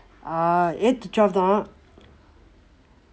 err eight to twelve தான்:thaan